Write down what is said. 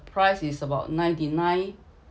price is about ninety nine